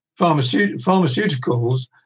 pharmaceuticals